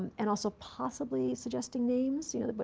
and also, possibly, suggesting names. you and but